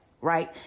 Right